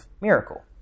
miracle